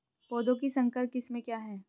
पौधों की संकर किस्में क्या हैं?